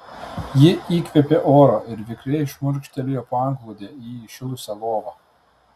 ji įkvėpė oro ir vikriai šmurkštelėjo po antklode į įšilusią lovą